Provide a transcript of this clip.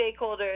stakeholders